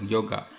Yoga